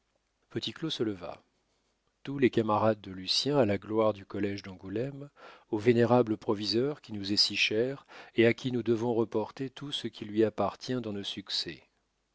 petit claud se leva tous les camarades de lucien à la gloire du collége d'angoulême au vénérable proviseur qui nous est si cher et à qui nous devons reporter tout ce qui lui appartient dans nos succès